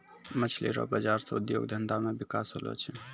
मछली रो बाजार से उद्योग धंधा मे बिकास होलो छै